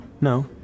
No